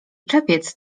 czepiec